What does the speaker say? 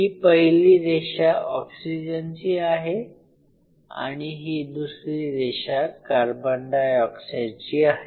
ही पहिली रेषा ऑक्सीजन ची आहे आणि ही दुसरी रेषा कार्बन डायऑक्साइडची आहे